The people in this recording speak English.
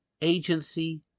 agency